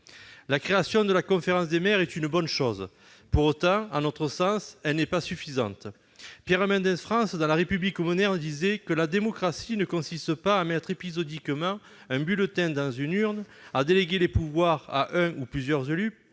La création de la conférence des maires est une bonne chose. Pour autant, à notre sens, elle n'est pas suffisante. Pierre Mendès France écrivait, dans que « la démocratie ne consiste pas à mettre épisodiquement un bulletin dans une urne, à déléguer les pouvoirs à un ou plusieurs élus